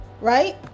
right